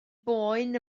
boen